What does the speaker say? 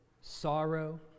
sorrow